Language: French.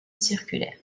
circulaire